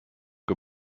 kui